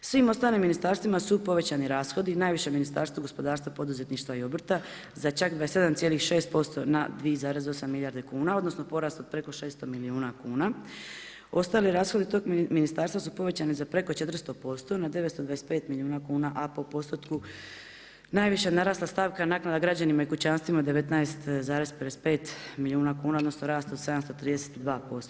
U svim ostalim ministarstvima su povećani rashodi, najviše Ministarstvu gospodarstva, poduzetništva i obrta za čak 27,6% na 2,8 milijarde kuna odnosno od preko 600 milijuna kuna, ostali rashodi tog ministarstva su povećani za preko 400% na 925 milijuna kuna a po postotku najviše je narasla stavka naknada građanima i kućanstvima, 19,55 milijuna kuna odnosno rast od 732